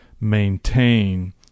maintain